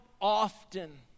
often